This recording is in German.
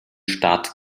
start